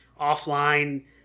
offline